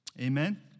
Amen